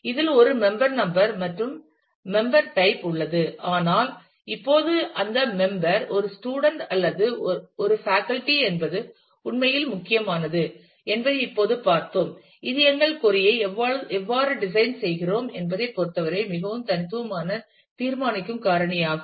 இதில் ஒரு member number மற்றும் மெம்பர் டைப் உள்ளது ஆனால் இப்போது அந்த மெம்பர் ஒரு ஸ்டூடண்ட் அல்லது ஒரு ஆசிரியரா என்பது உண்மையில் முக்கியமானது என்பதை இப்போது பார்த்தோம் இது எங்கள் கொறி ஐ எவ்வாறு டிசைன் செய்கிறோம் என்பதைப் பொறுத்தவரை மிகவும் தனித்துவமான தீர்மானிக்கும் காரணியாகும்